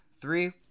Three